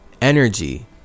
energy